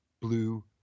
blue